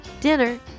dinner